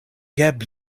get